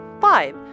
Five